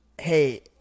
hey –